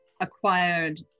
acquired